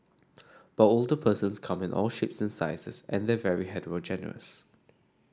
but older persons come in all shapes and sizes and they're very heterogeneous